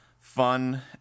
fun